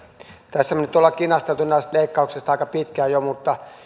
tässä me nyt olemme kinastelleet näistä leikkauksista jo aika pitkään mutta